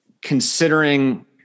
considering